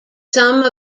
some